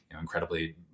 incredibly